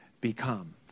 become